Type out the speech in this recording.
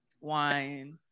wine